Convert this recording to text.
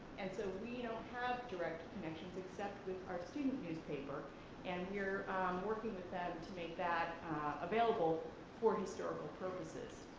and so we don't have direct connections except with our student newspaper and we are working with that to make that available for historical purposes.